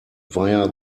via